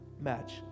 match